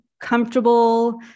comfortable